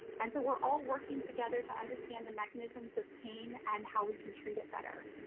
and so we're all working together to understand the mechanisms of pain and how we can treat it better.